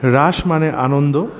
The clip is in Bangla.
রাস মানে আনন্দ